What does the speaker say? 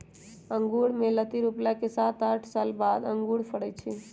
अँगुर कें लत्ति रोपला के सात आठ साल बाद अंगुर के फरइ छइ